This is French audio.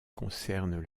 concernent